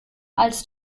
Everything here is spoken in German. als